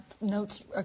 notes